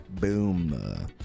Boom